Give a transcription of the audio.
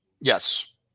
yes